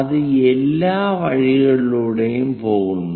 അത് എല്ലാ വഴികളിലൂടെയും പോകുന്നു